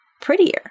prettier